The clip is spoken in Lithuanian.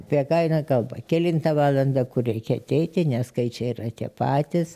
apie ką eina kalba kelintą valandą kur reikia ateiti nes skaičiai yra tie patys